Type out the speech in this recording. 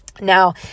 Now